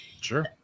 Sure